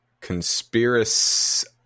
Conspiracy